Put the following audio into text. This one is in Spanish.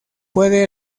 puede